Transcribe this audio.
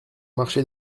marcher